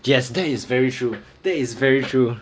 yes that is very true that is very true